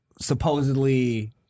Supposedly